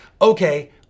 Okay